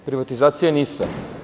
Privatizacija NIS.